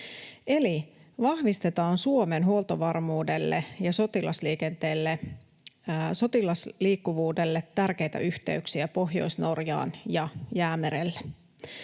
vahvistetaan Suomen huoltovarmuudelle ja sotilasliikenteelle, sotilasliikkuvuudelle tärkeitä yhteyksiä Pohjois-Norjaan ja Jäämerelle.